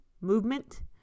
Movement